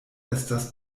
estas